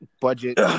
budget